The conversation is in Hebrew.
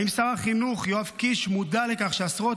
האם שר החינוך יואב קיש מודע לכך שעשרות